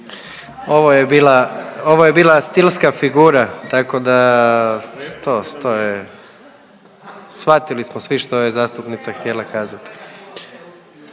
ovo je bila stilska figura tako da to, to je, shvatili smo svi što je zastupnica htjela kazati.